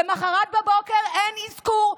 למוחרת בבוקר אין אזכור,